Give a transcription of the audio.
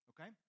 okay